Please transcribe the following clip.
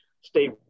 stay